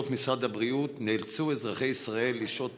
משרד הבריאות נאלצו אזרחי ישראל לשהות